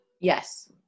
Yes